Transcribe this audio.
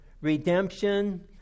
redemption